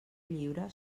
lliure